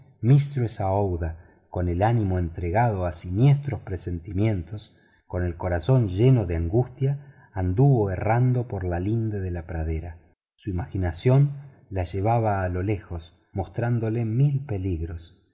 noche mistress aouida con el ánimo entregado a siniestros pensamientos con el corazón lleno de angustias anduvo errando por la linde de la pradera su imaginación la llevaba a lo lejos mostrándole mil peligros